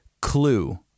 Clue